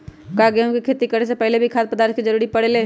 का गेहूं के खेती करे से पहले भी खाद्य पदार्थ के जरूरी परे ले?